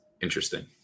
interesting